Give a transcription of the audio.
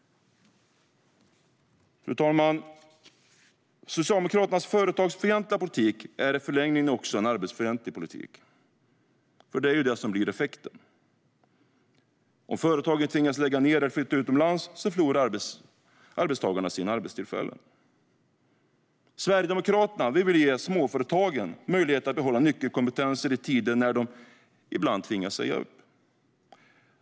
Fru talman! Socialdemokraternas företagsfientliga politik är i förlängningen också en arbetarfientlig politik, för det är det som blir effekten. Om företaget tvingas lägga ned eller flytta utomlands förlorar arbetstagarna sina arbeten. Sverigedemokraterna vill ge småföretagen möjlighet att behålla nyckelkompetens i tider då de ibland tvingas säga upp.